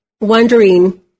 wondering